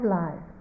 life